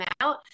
out